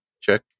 check